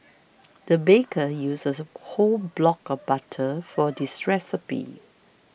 the baker used a whole block of butter for this recipe